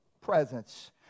presence